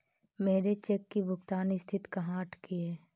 मेरे चेक की भुगतान स्थिति कहाँ अटकी है?